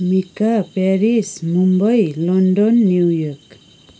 Mecca Paris Mumbai London New York